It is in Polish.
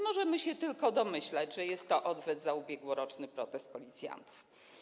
Możemy się tylko domyślać, że jest to odwet za ubiegłoroczny protest policjantów.